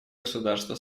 государства